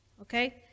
Okay